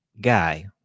guy